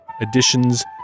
additions